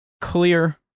clear